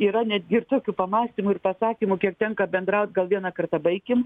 yra netgi ir tokių pamąstymų ir pasakymų kiek tenka bendrauti gal vieną kartą baikim